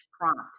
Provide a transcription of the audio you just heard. prompt